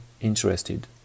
interested